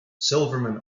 silverman